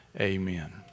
amen